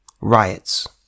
Riots